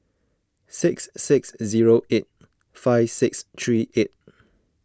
six six zero eight five six three eight